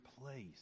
place